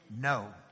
no